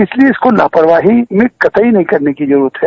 इसलिए इसको लापरवाही कतई नहीं करने की जरूरत है